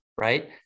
right